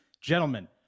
Gentlemen